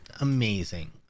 amazing